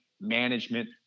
management